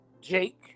Jake